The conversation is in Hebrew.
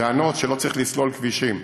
טענות שלא צריך לסלול כבישים,